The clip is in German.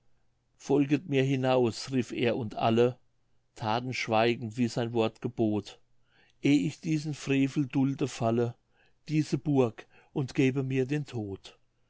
folget mir hinaus rief er und alle thaten schweigend wie sein wort gebot eh ich diesen frevel dulde falle diese burg und gebe mir den tod